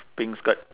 green skirt